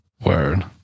Word